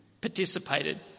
participated